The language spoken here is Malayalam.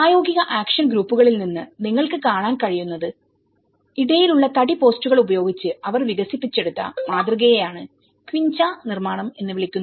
പ്രായോഗിക ആക്ഷൻ ഗ്രൂപ്പുകളിൽ നിന്ന് നിങ്ങൾക്ക് കാണാൻ കഴിയുന്നത്ഇടയിൽ ഉള്ള തടി പോസ്റ്റുകൾ ഉപയോഗിച്ച് അവർ വികസിപ്പിച്ചെടുത്ത മാതൃകയെയാണ് ക്വിൻച നിർമ്മാണം എന്ന് വിളിക്കുന്നത്